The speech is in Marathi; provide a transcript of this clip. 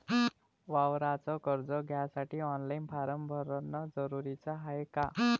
वावराच कर्ज घ्यासाठी ऑनलाईन फारम भरन जरुरीच हाय का?